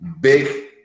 big